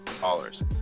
dollars